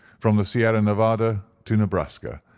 from the sierra nevada to nebraska,